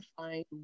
find